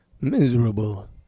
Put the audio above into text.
miserable